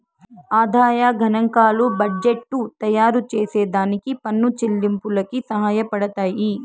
ఆదాయ గనాంకాలు బడ్జెట్టు తయారుచేసే దానికి పన్ను చెల్లింపులకి సహాయపడతయ్యి